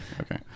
Okay